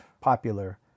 popular